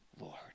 Lord